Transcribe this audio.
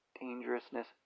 dangerousness